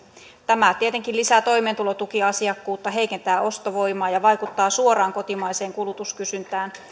tämä tietenkin lisää toimeentulotukiasiakkuutta heikentää ostovoimaa ja vaikuttaa suoraan kotimaiseen kulutuskysyntään